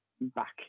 back